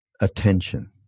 attention